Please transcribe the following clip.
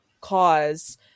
cause